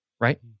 Right